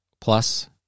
plus